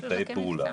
לתאי פעולה,